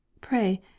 pray